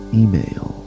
email